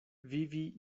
vivi